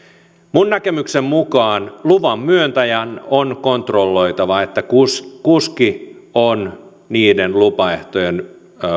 minun näkemykseni mukaan luvan myöntäjän on kontrolloitava että kuski kuski on niiden lupaehtojen